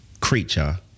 creature